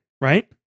right